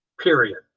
period